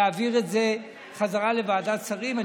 להעביר את זה בחזרה לוועדת שרים.